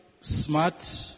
smart